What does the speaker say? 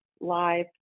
live